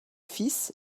fils